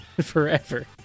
forever